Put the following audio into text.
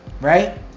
right